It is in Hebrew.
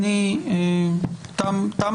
לא